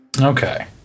Okay